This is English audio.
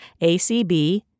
ACB